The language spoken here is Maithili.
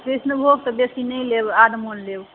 कृष्णभोग तऽ बेसी नहि लेब आध मन लेब